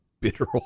bitter